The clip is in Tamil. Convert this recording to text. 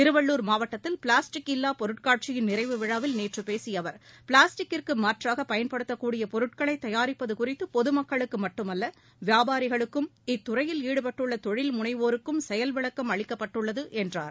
திருவள்ளூர் மாவட்டத்தில் பிளாஸ்டிக் இல்லா பொருட்காட்சியின் நிறைவு விழாவில் நேற்று பேசிய அவர் பிளாஸ்டிக்கிற்கு மாற்றாக பயன்படுத்தக் கூடிய பொருட்களை தயாரிப்பது குறித்து பொது மக்களுக்கு மட்டுமல்ல வியாபாரிகளுக்கும் இத்துறையில் ஈடுபட்டுள்ள தொழில் முனைவோருக்கும் செயல் விளக்கமளிக்கப்பட்டுள்ளது என்றார்